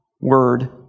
word